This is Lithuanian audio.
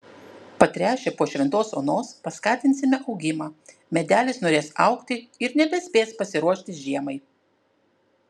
patręšę po šventos onos paskatinsime augimą medelis norės augti ir nebespės pasiruošti žiemai